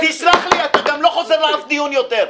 תסלח לי, אתה גם לא חוזר לאף דיון יותר.